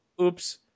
oops